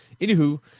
Anywho